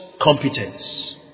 competence